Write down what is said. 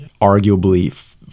arguably